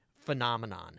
phenomenon